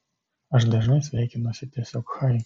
aš dažnai sveikinuosi tiesiog chai